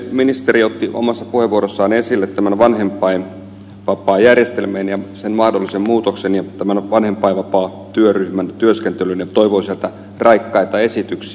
ministeri otti omassa puheenvuorossaan esille tämän vanhempainvapaajärjestelmän ja sen mahdollisen muutoksen ja tämän vanhempainvapaatyöryhmän työskentelyn ja toivoi sieltä raikkaita esityksiä